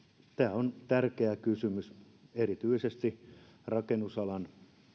on tärkeä kysymys erityisesti rakennusalan